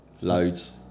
loads